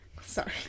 Sorry